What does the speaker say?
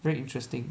very interesting